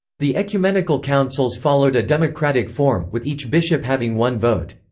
the ecumenical councils followed a democratic form, with each bishop having one vote.